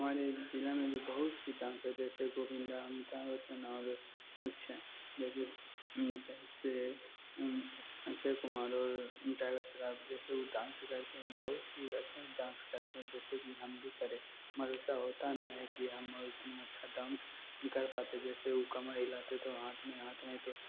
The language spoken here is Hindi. हमारे ज़िले में जो बहुत सी डांस है जैसे गोविंदा अभिताभ बच्चन और अक्षय जैसे जैसे अक्षय कुमार और टाइगर श्राफ जैसे उ डांस करते हैं बहुत उसी अच्छा डांस करते हैं जैसे की हम भी करे भरोसा होता नहीं है की हम अच्छा डांस कर पाते जैसे उ कमर हिलाते तो हाथ में हाथ नहीं तो